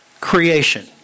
creation